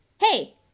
Hey